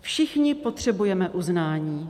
Všichni potřebujeme uznání.